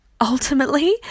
Ultimately